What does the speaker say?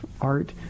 art